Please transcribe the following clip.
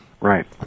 Right